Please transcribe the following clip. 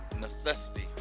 necessity